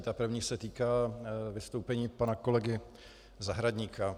Ta první se týká vystoupení pana kolegy Zahradníka.